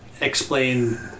explain